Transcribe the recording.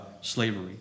slavery